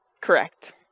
Correct